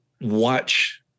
watch